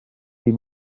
ydy